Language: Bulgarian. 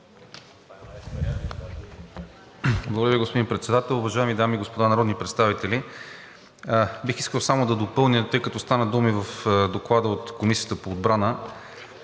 Благодаря, господин Председател. Уважаеми дами и господа народни представители, бих искал само да допълня, тъй като стана дума и в Доклада на Комисията по отбрана,